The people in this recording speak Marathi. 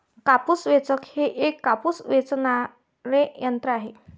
कापूस वेचक हे एक कापूस वेचणारे यंत्र आहे